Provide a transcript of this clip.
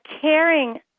caring